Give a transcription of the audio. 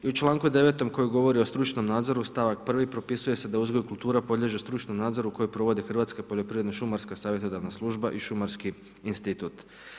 I u članku 9. koji govori o stručnom nazoru, stavak 1. propisuje se da uzgoj kultura podliježu stručnom nadzoru koji provode Hrvatska poljoprivredno-šumarska savjetodavna služba i Šumarski institut.